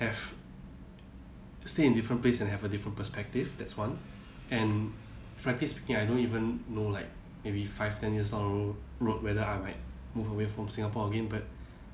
have stay in different place and have a different perspective that's one and frankly speaking I don't even know like maybe five ten years down the road road whether I might move away from singapore again but